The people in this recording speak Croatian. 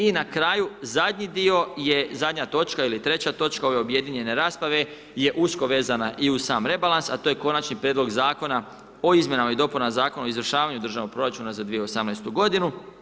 I na kraju, zadnji dio je, zadnja točka ili treća točka ove objedinjene rasprave je usko vezana i uz sam rebalans, a to je Konačni prijedlog zakona o izmjenama i dopuna Zakona o izvršavanju državnog proračuna za 2018. godinu.